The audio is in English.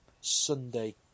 Sunday